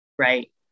Right